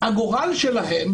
הגורל שלהם,